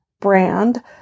brand